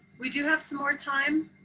we do have some more time.